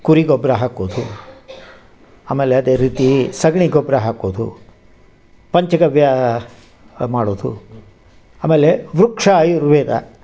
ಕುರಿ ಗೊಬ್ಬರ ಹಾಕೋದು ಆಮೇಲೆ ಅದೇ ರೀತೀ ಸಗಣಿ ಗೊಬ್ಬರ ಹಾಕೋದು ಪಂಚಗವ್ಯಾ ಮಾಡೋದು ಆಮೇಲೆ ವೃಕ್ಷ ಆಯುರ್ವೇದ